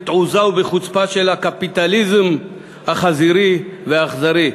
בתעוזה ובחוצפה של הקפיטליזם החזירי והאכזרי,